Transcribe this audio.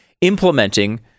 implementing